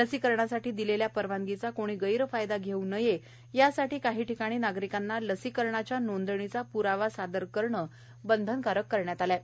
लसीकरणासाठी दिलेल्या परवानगीचा कोणी गैरफायदा घेऊ नये यासाठी काही ठिकाणी नागरिकांना लसीकरणाच्या नोंदणीचा प्रवा सादर करणं बंधनकारक केलं आहे